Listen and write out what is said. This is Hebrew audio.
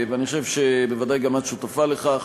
ואני חושב שבוודאי גם את שותפה לכך,